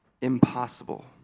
impossible